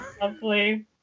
Lovely